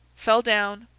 fell down,